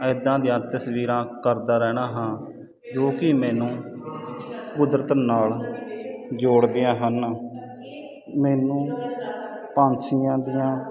ਇੱਦਾਂ ਦੀਆਂ ਤਸਵੀਰਾਂ ਕਰਦਾ ਰਹਿਣਾ ਹਾਂ ਜੋ ਕਿ ਮੈਨੂੰ ਕੁਦਰਤ ਨਾਲ ਜੋੜਦੀਆਂ ਹਨ ਮੈਨੂੰ ਪੰਛੀਆਂ ਦੀਆਂ